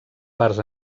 parts